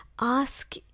ask